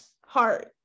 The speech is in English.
heart